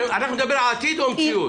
אנחנו מדברים על העתיד או על המציאות?